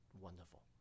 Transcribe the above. wonderful